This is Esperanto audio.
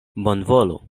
bonvolu